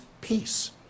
peace